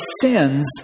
sins